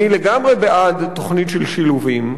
אני לגמרי בעד תוכנית של "שילובים".